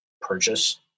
purchase